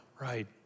right